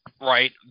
right